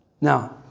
Now